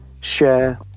share